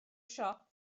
siop